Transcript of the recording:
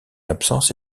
absence